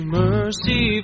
mercy